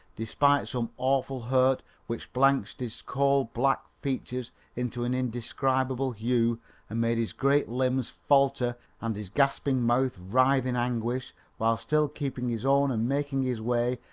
despite some awful hurt which blanched his coal-black features into an indescribable hue and made his great limbs falter and his gasping mouth writhe in anguish while still keeping his own and making his way,